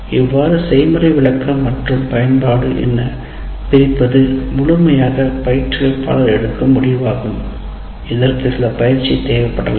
இவ்வாறு செய்முறை விளக்கம் மற்றும் பயன்பாடு என பிரிப்பது முழுமையாக பயிற்றுவிப்பாளர் எடுக்கும் முடிவு ஆகும் இதற்கு சில பயிற்சி தேவைப்படலாம்